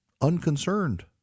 unconcerned